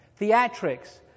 Theatrics